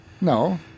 No